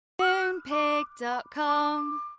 Moonpig.com